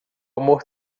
amor